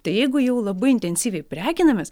tai jeigu jau labai intensyviai prekinamės